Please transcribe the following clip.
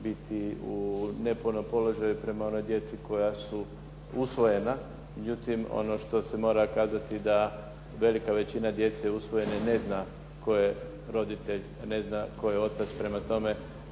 ne zna tko je otac.